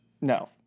No